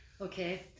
Okay